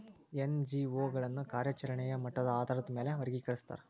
NGO ಗಳನ್ನ ಕಾರ್ಯಚರೆಣೆಯ ಮಟ್ಟದ ಆಧಾರಾದ್ ಮ್ಯಾಲೆ ವರ್ಗಿಕರಸ್ತಾರ